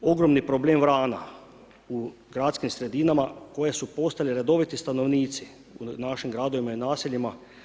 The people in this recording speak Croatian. Ogromni problem vrana u gradskim sredinama koje su postale redoviti stanovnici u našim gradovima i naseljima.